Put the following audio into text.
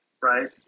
right